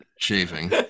shaving